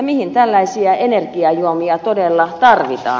mihin tällaisia energiajuomia todella tarvitaan